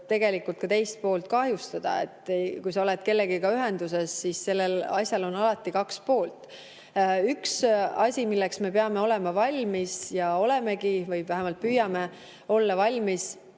tegelikult ka teist poolt kahjustada. Kui sa oled kellegagi ühenduses, siis sellel asjal on alati kaks poolt. Üks asi, milleks me peame olema valmis ja olemegi või vähemalt püüame olla valmis